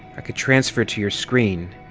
i could transfer it to your screen,